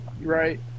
right